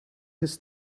his